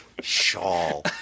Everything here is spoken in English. Shawl